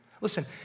listen